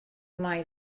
mai